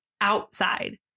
outside